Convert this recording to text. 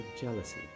jealousy